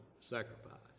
sacrifice